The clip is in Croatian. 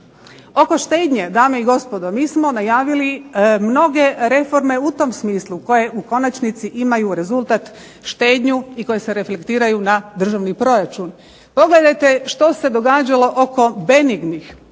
Oko štednje, dame i gospodo, mi smo najavili mnoge reforme u tom smislu koje u konačnici imaju rezultat štednju i koje se reflektiraju na državni proračun. Pogledajte što se događalo oko benignih,